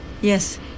Yes